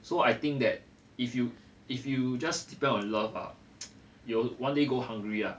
so I think that if you if you just depend on love ah you will one day go hungry lah